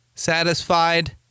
satisfied